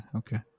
okay